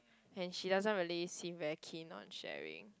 and she doesn't really seem very keen on sharing